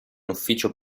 ufficio